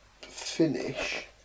finish